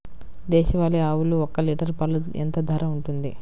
దేశవాలి ఆవులు ఒక్క లీటర్ పాలు ఎంత ధర ఉంటుంది?